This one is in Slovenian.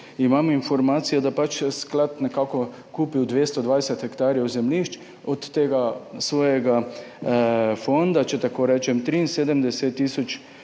imamo informacije, da je sklad kupil 220 hektarjev zemljišč, od tega svojega fonda, če tako rečem, 73 tisoč